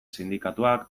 sindikatuak